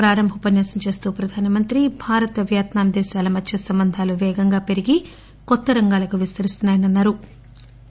ప్రారంభ ఉపన్యాసం చేస్తూ ప్రధానమంత్రి భారత్ వియత్నాం దేశాల మధ్య సంబంధాలు పేగంగా పెరిగి కొత్త రంగాలకు విస్తరిస్తున్నాయని అన్నారు